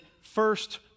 first